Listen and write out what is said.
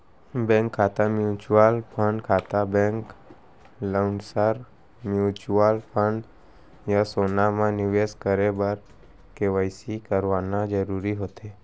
bank खाता, mutual fund खाता, bank lockers, mutual fund या सोना म निवेस करे बर के.वाई.सी कराना जरूरी होथे